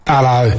Hello